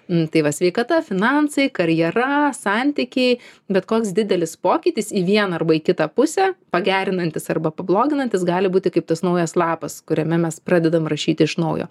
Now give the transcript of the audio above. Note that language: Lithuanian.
nu tai va sveikata finansai karjera santykiai bet koks didelis pokytis į vieną arba į kitą pusę pagerinantis arba pabloginantis gali būti kaip tas naujas lapas kuriame mes pradedam rašyti iš naujo